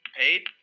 paid